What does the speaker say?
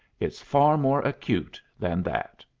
it's far more acute than that.